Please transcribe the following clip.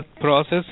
process